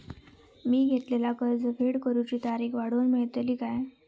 मी घेतलाला कर्ज फेड करूची तारिक वाढवन मेलतली काय?